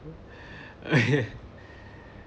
okay